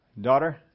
Daughter